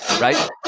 right